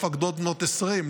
מפקדות בנות 20,